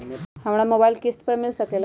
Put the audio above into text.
हमरा मोबाइल किस्त पर मिल सकेला?